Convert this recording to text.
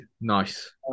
Nice